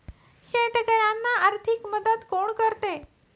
शेतकऱ्यांना आर्थिक मदत कोण करते?